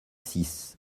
six